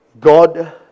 God